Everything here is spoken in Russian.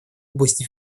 области